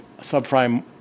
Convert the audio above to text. subprime